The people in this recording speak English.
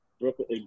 Brooklyn